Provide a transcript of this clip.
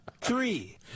Three